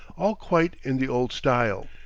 all quite in the old style.